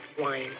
wine